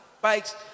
bikes